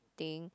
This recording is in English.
thing